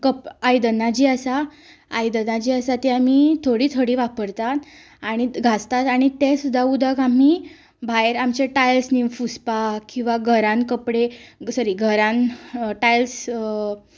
आयदनां जीं आसा कप आयदनां जी आसा तीं आमी थोडीं थोडीं वापरता आनी घासतात आनी तें सुद्दां उदक आमी भायर आमच्या टायल्स नीव पुसपाक किंवा घरान कपडे सॉरी घरान टायल्स